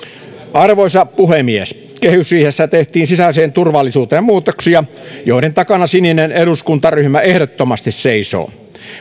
arvoisa puhemies kehysriihessä tehtiin sisäiseen turvallisuuteen muutoksia joiden takana sininen eduskuntaryhmä ehdottomasti seisoo